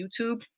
YouTube